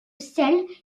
celle